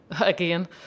again